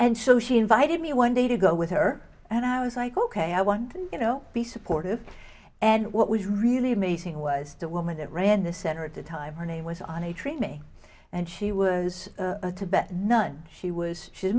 and so she invited me one day to go with her and i was like ok i want to you know be supportive and what was really amazing was the woman that ran the center at the time her name was on a train me and she was a tibet none she was she